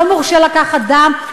לא מורשה לקחת דם,